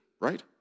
right